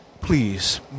please